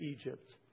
Egypt